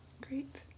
Great